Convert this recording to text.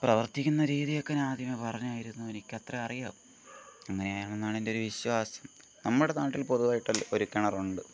പ്രവർത്തിക്കുന്ന രീതി ഒക്കെ ഞാൻ ആദ്യമേ പറഞ്ഞായിരുന്നു എനിക്ക് അത്രയുമേ അറിയാവു അങ്ങനെയാണെന്നാണ് എൻ്റെ ഒരു വിശ്വാസം നമ്മുടെ നാട്ടിൽ പൊതുവായിട്ട് ഒരു കിണറുണ്ട്